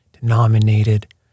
denominated